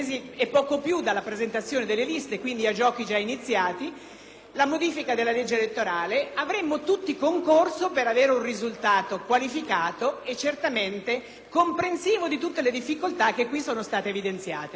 a giochi già iniziati, avremmo tutti concorso per avere un risultato qualificato e certamente comprensivo di tutte le difficoltà che qui sono state evidenziate. Così non è stato. La fretta, che è sempre cattiva consigliera,